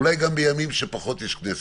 אולי גם בימים שיש פחות כנסת.